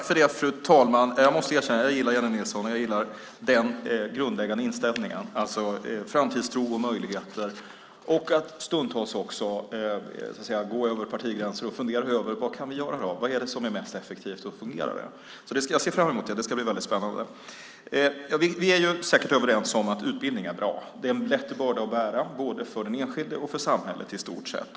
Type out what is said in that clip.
Fru talman! Jag måste erkänna att jag gillar Jennie Nilsson och den grundläggande inställningen - framtidstro och möjligheter och att man stundtals kan gå över partigränser och fundera över vad vi kan göra. Vad är det som är mest effektivt? Och fungerar det? Jag ser fram emot det; det ska bli väldigt spännande. Vi är säkert överens om att utbildning är bra. Det är en lätt börda att bära både för den enskilde och för samhället i stort sett.